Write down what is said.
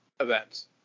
events